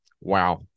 Wow